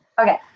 Okay